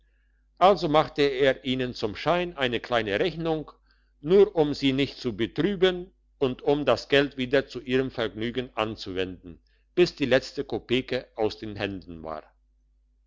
also machte er ihnen zum schein eine kleine rechnung nur um sie nicht zu betrüben und um das geld wieder zu ihrem vergnügen anzuwenden bis die letzte kopeke aus den händen war